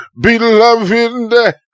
beloved